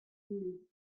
mille